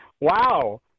Wow